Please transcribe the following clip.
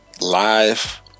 live